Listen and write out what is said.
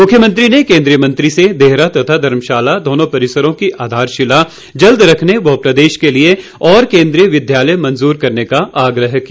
मुख्यमंत्री ने केन्द्रीय मंत्री से देहरा तथा धर्मशाला दोनों परिसरों की आधारशिला जल्द रखने व प्रदेश के लिए और केंद्रीय विद्यालय मंजूर करने का आग्रह किया